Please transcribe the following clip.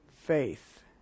faith